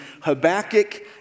Habakkuk